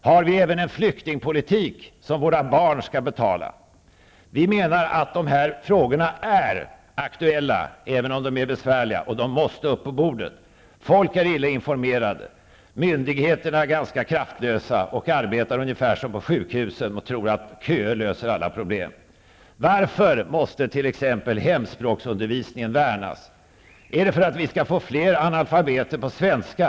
Har vi även en flyktingpolitik som våra barn skall betala? Vi menar att dessa frågor är aktuella, även om de är besvärliga. De måste upp på bordet. Folk är illa informerade. Myndigheterna är ganska kraftlösa och arbetar ungefär som på sjukhusen. Man tror att köer löser alla problem. Varför måste t.ex. hemspråksundervisningen värnas? Är det för att vi skall få fler analfabeter på svenska?